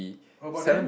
oh but then